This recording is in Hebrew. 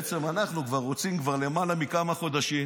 בעצם אנחנו רוצים כבר יותר מכמה חודשים,